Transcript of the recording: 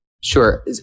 Sure